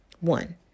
One